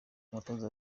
umutoza